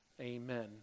Amen